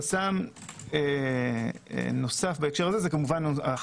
חסם נוסף הוא זה השפתי.